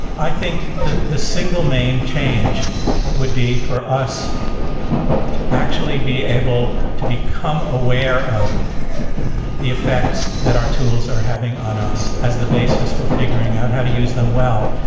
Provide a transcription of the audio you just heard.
i think that the single main change would be for us to actually be able to become aware of the effects that our tools are having on us as the basis for figuring out how to use them well.